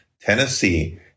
Tennessee